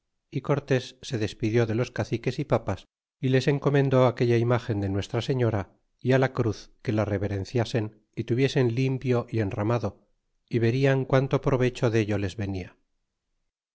y cortés se despidió de los caciques y papas y les encomendó aquella imgen de nuestra señora y la cruz que la reverenciasen y tuviesen limpio y enramado y verian quanto provecho dello les venia